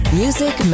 music